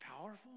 powerful